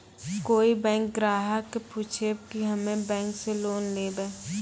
कोई बैंक ग्राहक पुछेब की हम्मे बैंक से लोन लेबऽ?